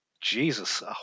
Jesus